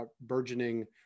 burgeoning